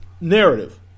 Narrative